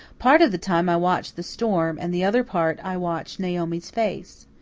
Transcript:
part of the time i watched the storm, and the other part i watched naomi's face.